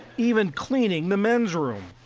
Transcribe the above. even cleaning the men's room.